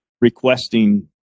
requesting